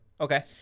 Okay